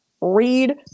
Read